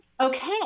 Okay